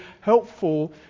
helpful